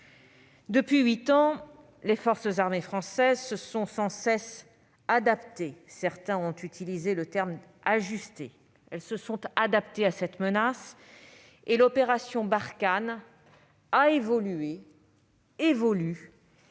Depuis huit ans, les forces armées françaises se sont sans cesse adaptées- certains ont dit « ajustées »